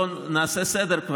בוא נעשה כבר סדר,